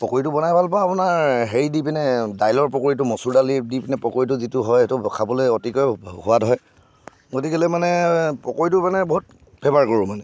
পকৰীটো বনাই ভাল পাওঁ আপোনাৰ হেৰি দি পিনে দাইলৰ পকৰীটো মচুৰ দালি দি পিনে পকৰীটো যিটো হয় সেইটো খাবলে অতিকৈ সোৱাদ হয় গতিকেলৈ মানে পকৰীটো মানে বহুত ফেভাৰ কৰোঁ মানে